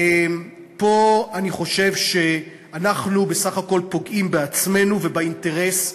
פה אני חושב שאנחנו בסך הכול פוגעים בעצמנו ובאינטרס שלנו,